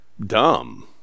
dumb